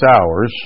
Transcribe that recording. hours